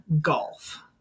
Golf